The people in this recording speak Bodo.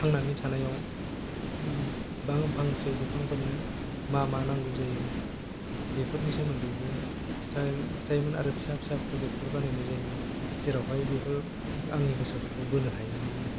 थांनानै थानायाव फांसे बिफांफोरनो मा मा नांगौ जायो बेफोरनि सोमोन्दैबो खिन्थायोमोन आरो फिसा फिसा प्रजेक्ट फोर बानायनाय जायोमोन जेरावहाय बेफोर आंनि गोसोफोरखौ बोनो हायोमोन आरो